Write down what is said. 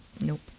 Nope